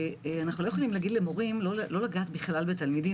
אנו לא יכולים לומר למורים לא לגעת בתלמידים בכלל.